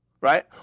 Right